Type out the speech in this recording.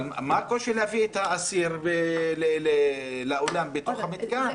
מה הקושי להביא את האסיר לאולם בתוך המתקן?